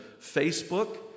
Facebook